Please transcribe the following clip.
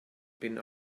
been